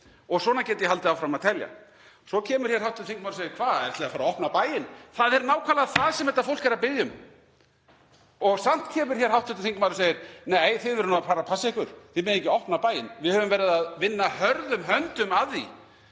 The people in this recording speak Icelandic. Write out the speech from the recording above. Svona get ég haldið áfram að telja. Svo kemur hér hv. þingmaður og segir: Hvað, ætlið þið að fara að opna bæinn? Það er nákvæmlega það sem þetta fólk er að biðja um. Og samt kemur hv. þingmaður og segir: Nei, þið verðið nú að fara að passa ykkur. Þið mega ekki opna bæinn. Við höfum verið að vinna hörðum höndum að því